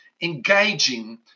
engaging